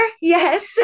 yes